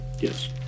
yes